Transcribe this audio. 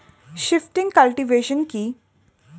Shifting cultivation কি?